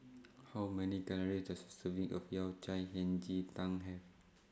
How Many Calories Does A Serving of Yao Cai Hei Ji Tang Have